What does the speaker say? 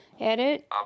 edit